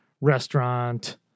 restaurant